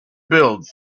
build